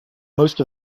most